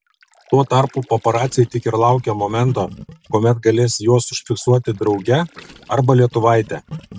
tuo tarpu paparaciai tik ir laukia momento kuomet galės juos užfiksuoti drauge arba lietuvaitę